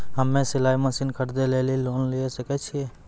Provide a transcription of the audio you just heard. हम्मे सिलाई मसीन खरीदे लेली लोन लिये सकय छियै?